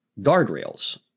guardrails